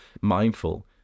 mindful